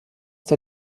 der